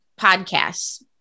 podcasts